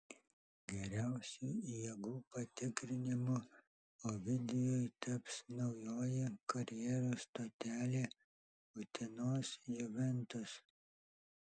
geriausiu jėgų patikrinimu ovidijui taps naujoji karjeros stotelė utenos juventus